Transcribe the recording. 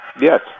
Yes